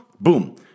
boom